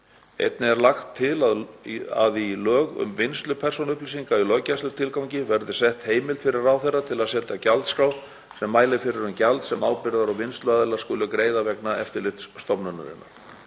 Einnig er lagt til að í lög um vinnslu persónuupplýsinga í löggæslutilgangi verði sett heimild fyrir ráðherra til að setja gjaldskrá sem mælir fyrir um gjald sem ábyrgðar- og vinnsluaðilar skulu greiða vegna eftirlits stofnunarinnar.